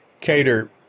cater